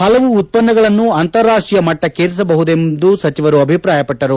ಪಲವು ಉತ್ಪನ್ನಗಳನ್ನು ಅಂತಾರಾಷ್ಷೀಯ ಮಟ್ಟಕ್ಕೇರಿಸ ಬಹುದೆಂದು ಸಚಿವರು ಅಭಿಪ್ರಾಯ ಪಟ್ಟರು